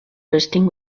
bursting